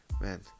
Man